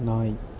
நாய்